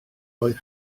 oedd